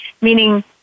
meaning